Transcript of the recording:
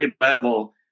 level